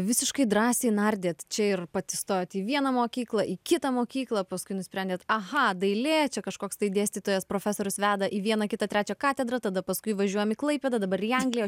visiškai drąsiai nardėt čia ir pati stojot į vieną mokyklą į kitą mokyklą paskui nusprendėt aha dailė čia kažkoks tai dėstytojas profesorius veda į vieną kitą trečią katedrą tada paskui važiuojam į klaipėdą dabar į angliją